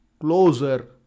closer